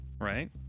right